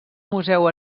museu